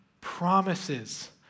promises